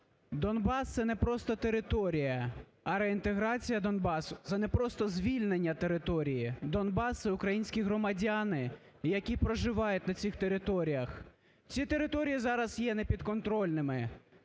Донбас – це не просто територія, а реінтеграція Донбасу – це не просто звільнення території. Донбас – це українські громадяни, які проживають на цих територіях. Ці території зараз є непідконтрольними.